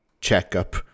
checkup